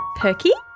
perky